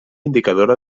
indicadora